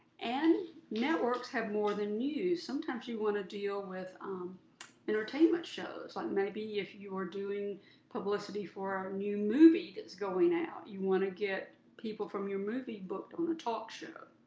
and networks have more than news. sometimes you want to deal with um entertainment shows, like maybe if you were doing publicity for a new movie going out, you'd want to get people from your movie booked on a talk show.